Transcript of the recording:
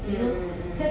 mm mm mm